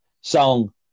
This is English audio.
song